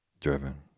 driven